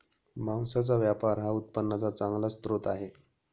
मांसाचा व्यापार हा उत्पन्नाचा चांगला स्रोत आहे